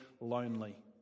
lonely